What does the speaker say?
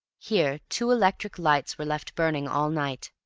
here two electric lights were left burning all night